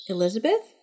Elizabeth